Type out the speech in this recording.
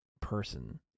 person